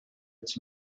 its